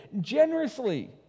generously